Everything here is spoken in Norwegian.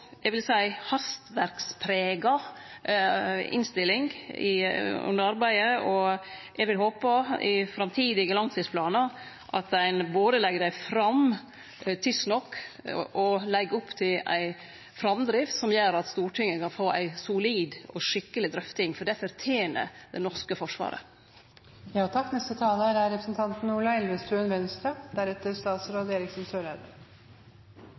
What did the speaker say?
eg vil seie – hastverksprega innstilling under arbeidet, og eg vil håpe for framtidige langtidsplanar at ein både legg dei fram tidsnok og legg opp til ei framdrift som gjer at Stortinget kan få ei solid og skikkeleg drøfting, for det fortener det norske forsvaret. Det denne diskusjonen, eller situasjonen viser, er